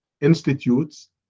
institutes